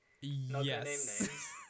Yes